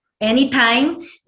Anytime